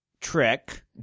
trick